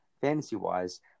fantasy-wise